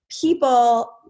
people